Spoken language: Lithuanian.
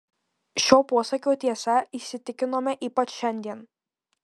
šio posakio tiesa įsitikinome ypač šiandien